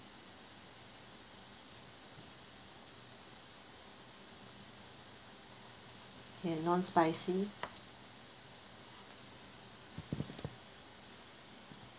okay non-spicy